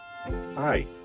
Hi